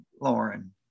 Lauren